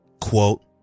Quote